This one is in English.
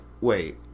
wait